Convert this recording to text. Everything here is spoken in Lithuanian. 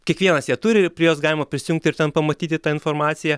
kiekvienas ją turi ir prie jos galima prisijungt ir ten pamatyti tą informaciją